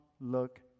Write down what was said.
look